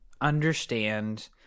understand